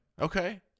Okay